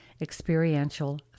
experiential